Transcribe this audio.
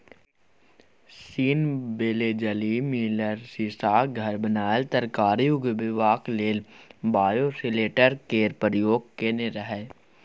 scene बेलेजली मिलर सीशाक घर बनाए तरकारी उगेबाक लेल बायोसेल्टर केर प्रयोग केने रहय